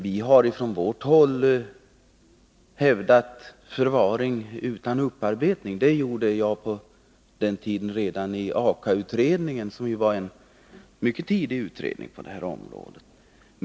Vi har från vårt håll pläderat för förvaring utan upparbetning — det gjorde jag redan i AKA-utredningen, som var en mycket tidig utredning på det här området.